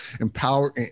empower